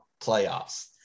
playoffs